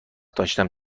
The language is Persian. داشتم